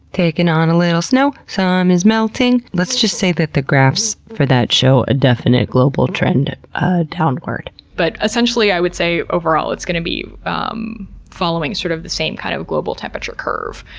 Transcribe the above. on a little snow, some is melting. let's just say that the graphs for that show a definite global trend downward. but essentially, i would say overall, it's going to be um following sort of the same kind of global temperature curve.